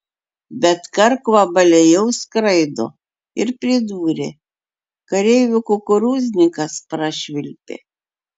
bet karkvabaliai jau skraido ir pridūrė kareivių kukurūznikas prašvilpė